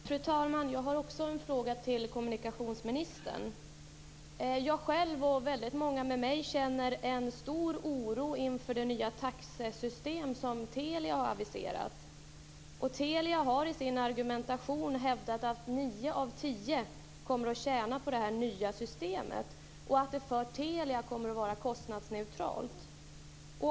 Fru talman! Jag har också en fråga till kommunikationsministern. Jag själv och många med mig känner en stor oro inför det nya taxesystem som Telia har aviserat. Telia har i sin argumentation hävdat att nio av tio kommer att tjäna på det nya systemet. Det kommer för Telia att vara kostnadsneutralt.